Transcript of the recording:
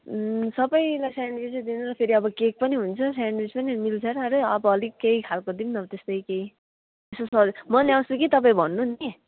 उम् सबैलाई स्यान्डविच नै दिनु नि फेरि अब केक पनि हुन्छ स्यान्डविच पनि मिल्दैन अरे अब अलिक केही खालको दिउँ न त्यस्तै केही यसो सजेस्ट म ल्याउँछु कि तपाईँ भन्नु नि